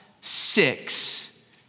six